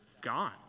gone